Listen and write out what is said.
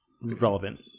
relevant